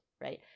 right